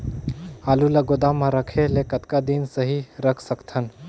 आलू ल गोदाम म रखे ले कतका दिन सही रख सकथन?